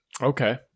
Okay